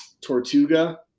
tortuga